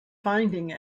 finding